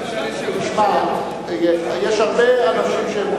תשמע, יש הרבה אנשים שהם,